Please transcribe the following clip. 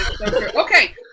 Okay